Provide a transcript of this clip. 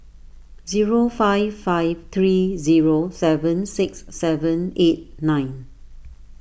zero five five three zero seven six seven eight nine